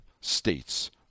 states